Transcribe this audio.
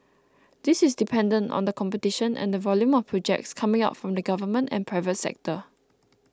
this is dependent on the competition and the volume of projects coming out from the government and private sector